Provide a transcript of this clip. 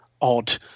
odd